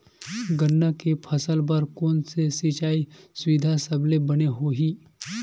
गन्ना के फसल बर कोन से सिचाई सुविधा सबले बने होही?